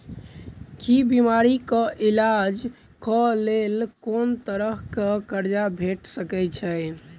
की बीमारी कऽ इलाज कऽ लेल कोनो तरह कऽ कर्जा भेट सकय छई?